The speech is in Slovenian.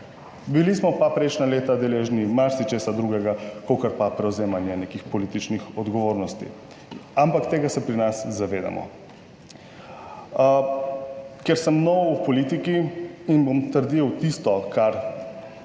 Bili smo pa prejšnja leta deležni marsičesa drugega, kakor pa prevzemanje nekih političnih odgovornosti, ampak tega se pri nas zavedamo. Ker sem nov v politiki in bom trdil tisto, kar